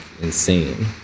insane